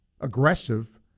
aggressive